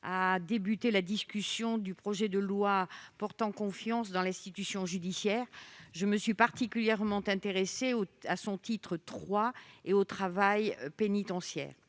à entamer la discussion du projet de loi pour la confiance dans l'institution judiciaire, je me suis particulièrement intéressée au titre III de ce texte et au travail pénitentiaire.